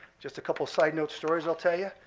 just a couple of side note stories i'll tell you.